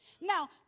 Now